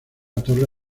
torre